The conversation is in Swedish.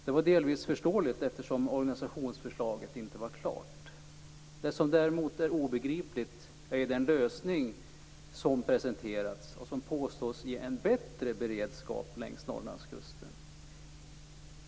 Det var delvis förståeligt, eftersom organisationsförslaget inte var klart. Det som däremot är obegripligt är den lösning som har presenterats och som påstås ge en bättre beredskap längs Norrlandskusten.